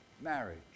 marriage